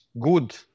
good